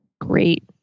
Great